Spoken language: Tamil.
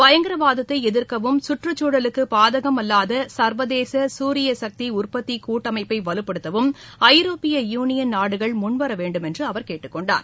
பயங்கரவாதத்தைஎதிர்க்கவும் சுற்றுச்சுழலுக்குபாதகம் அல்லாதசர்வதேசசுரியசக்திஉற்பத்திக் கூட்டமைப்பைவலுப்படுத்தவும் ஐரோப்பிய யூனியன் நாடுகள் முன்வரவேண்டும் என்றுஅவர் கேட்டுக்கொண்டார்